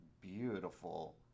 beautiful